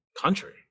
country